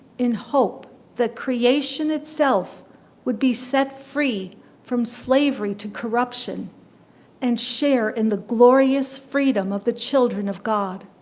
in hope that creation itself would be set free from slavery to corruption and share in the glorious freedom of the children of god.